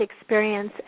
experience